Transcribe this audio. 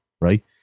right